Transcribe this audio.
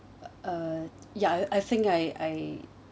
uh ya I think I I